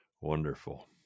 Wonderful